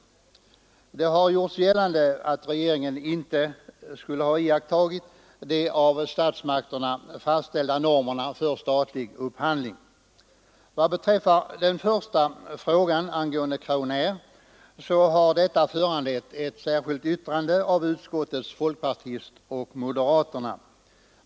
Det har gjorts gällande att regeringen inte skulle ha iakttagit de av statsmakterna fastställda normerna för statlig upphandling. Frågan angående Crownair AB har föranlett ett särskilt yttrande av utskottets folkpartist och moderaterna.